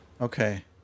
Okay